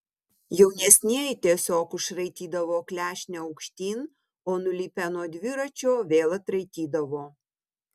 jaunesnieji tiesiog užraitydavo klešnę aukštyn o nulipę nuo dviračio vėl atraitydavo